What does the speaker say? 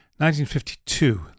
1952